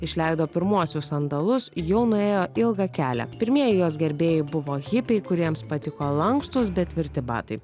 išleido pirmuosius sandalus jau nuėjo ilgą kelią pirmieji jos gerbėjai buvo hipiai kuriems patiko lankstūs bet tvirti batai